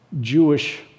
Jewish